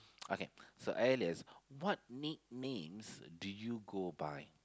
okay so alias what nicknames did you go buy